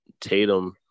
Tatum